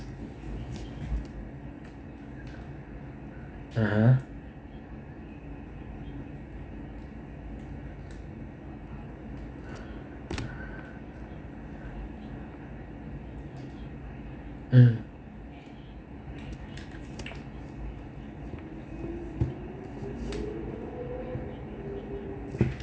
(uh huh) mm